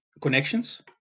connections